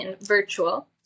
Virtual